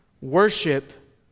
worship